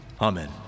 Amen